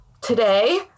today